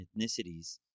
ethnicities